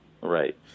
right